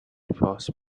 false